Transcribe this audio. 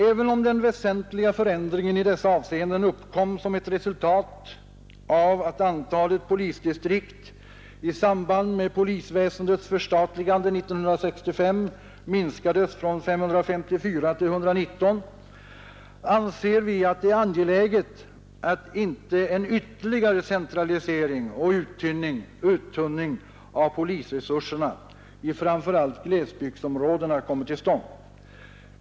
Även om den väsentliga förändringen i dessa avseenden uppkom som ett resultat av att antalet polisdistrikt i samband med polisväsendets förstatligande 1965 minskades från 554 till 119, anser vi att det är angeläget att inte en ytterligare centralisering och uttunning av polisresurserna i framför allt glesbygdsområdena kommer till stånd.